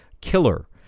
killer